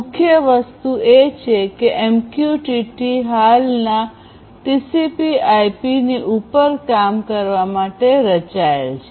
મુખ્ય વસ્તુ એ છે કે એમક્યુટીટી હાલના ટીસીપી આઈપી TCPIP ની ઉપર કામ કરવા માટે રચાયેલ છે